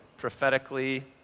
prophetically